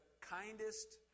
kindest